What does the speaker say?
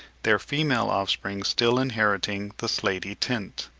their female offspring still inheriting the slaty tint.